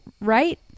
right